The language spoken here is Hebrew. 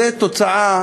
זו תוצאה